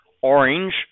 Orange